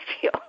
feel